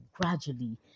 gradually